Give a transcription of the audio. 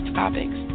topics